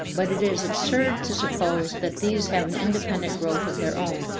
but it is absurd to suppose that these have an independent growth of their own,